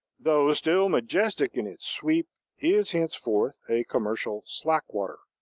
though still majestic in its sweep, is henceforth a commercial slack-water,